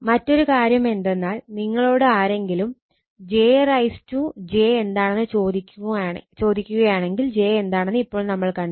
മറ്റൊരു കാര്യം എന്തെന്നാൽ നിങ്ങളോട് ആരെങ്കിലും j j എന്താണെന്ന് ചോദിക്കുകയാണെങ്കിൽ j എന്താണെന്ന് ഇപ്പോൾ നമ്മൾ കണ്ടെത്തി